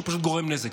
שהוא פשוט גורם נזק.